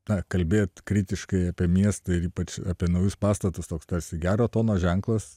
tą kalbėt kritiškai apie miestą ir ypač apie naujus pastatus toks tarsi gero tono ženklas